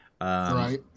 Right